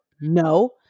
no